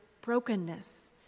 brokenness